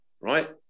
right